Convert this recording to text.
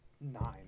nine